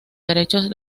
derechos